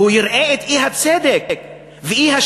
הוא יראה את האי-צדק והאי-שוויון.